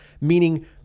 Meaning